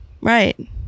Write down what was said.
Right